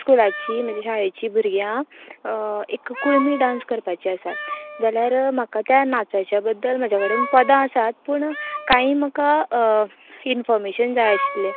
स्कुलाची म्हज्या शाळेची भूरग्यां एक कुळमी डान्स करपाची आसात जाल्यार म्हाका त्या नाचाच्या बद्दल म्हाज्या कडेन पदां आसात पूण काय म्हाका इनफॉर्मेशन जाय आशिल्ले